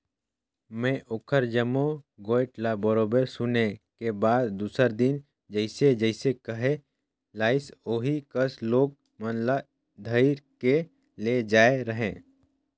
में ओखर जम्मो गोयठ ल बरोबर सुने के बाद दूसर दिन जइसे जइसे कहे लाइस ओही कस लोग मन ल धइर के ले जायें रहें